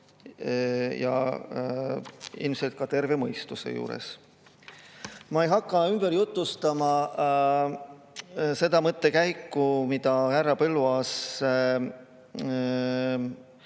ja ilmselt ka terve mõistuse juures. Ma ei hakka ümber jutustama seda mõttekäiku, mida härra Põlluaas